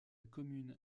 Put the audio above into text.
commune